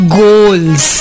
goals